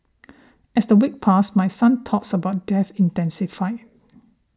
as the weeks passed my son's thoughts about death intensified